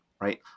right